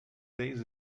days